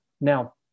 Now